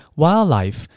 wildlife